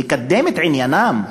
לקדם את עניינם,